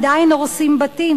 עדיין הורסים בתים,